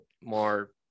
more